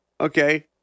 Okay